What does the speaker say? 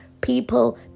people